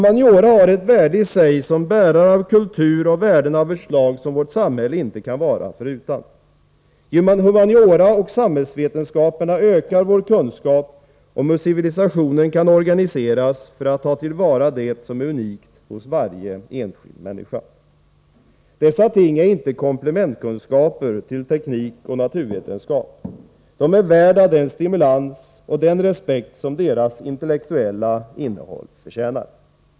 Humaniora har ett värde i sig som bärare av kultur, och humaniora har värden av ett slag som vårt samhälle inte kan vara utan. Genom humaniora och samhällsvetenskaperna ökar vår kunskap om hur civilisationen kan organiseras för att ta till vara det som är unikt hos varje enskild människa. Dessa ting är inte komplementkunskaper till teknik och naturvetenskap. De är värda den stimulans och den respekt som deras intellektuella innehåll förtjänar.